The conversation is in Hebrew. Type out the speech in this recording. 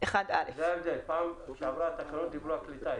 זה ההבדל, בפעם שעברה התקנות דיברו על כלי טיס.